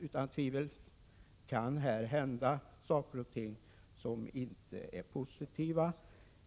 Utan tvivel kan saker och ting som inte är positiva